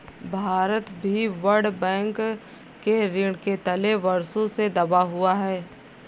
भारत भी World Bank के ऋण के तले वर्षों से दबा हुआ है